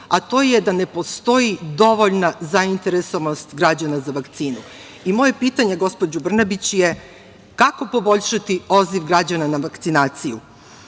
a to je da ne postoji dovoljno zainteresovanost građana za vakcine i moje pitanje, gospođo Brnabić, je kako poboljšati odziv građana na vakcinaciju? Ja